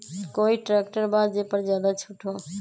कोइ ट्रैक्टर बा जे पर ज्यादा छूट हो?